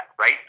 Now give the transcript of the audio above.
Right